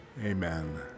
Amen